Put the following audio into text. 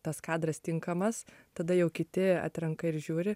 tas kadras tinkamas tada jau kiti atrenka ir žiūri